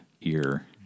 ear